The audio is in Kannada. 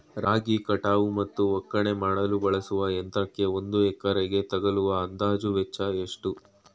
ರಾಗಿ ಕಟಾವು ಮತ್ತು ಒಕ್ಕಣೆ ಮಾಡಲು ಬಳಸುವ ಯಂತ್ರಕ್ಕೆ ಒಂದು ಎಕರೆಗೆ ತಗಲುವ ಅಂದಾಜು ವೆಚ್ಚ ಎಷ್ಟು?